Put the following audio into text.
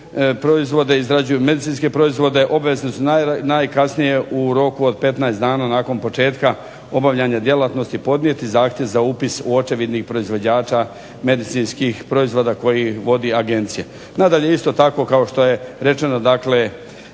izrađuju medicinske proizvode obvezni su najkasnije u roku od 15 dana nakon početka obavljanja djelatnosti podnijeti zahtjev za upis u očevidnik proizvođača medicinskih proizvoda koji vodi agencija. Nadalje isto tako kao što je rečeno dakle